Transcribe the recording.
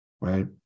Right